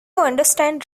understand